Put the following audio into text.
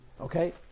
okay